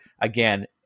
Again